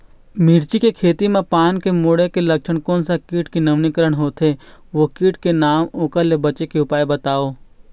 मिर्ची के खेती मा पान के मुड़े के लक्षण कोन सा कीट के नवीनीकरण होथे ओ कीट के नाम ओकर ले बचे के उपाय बताओ?